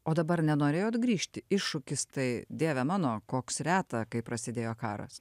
o dabar nenorėjot grįžti iššūkis tai dieve mano koks reta kai prasidėjo karas